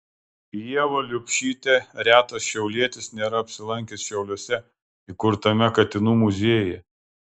ieva liubšytė retas šiaulietis nėra apsilankęs šiauliuose įkurtame katinų muziejuje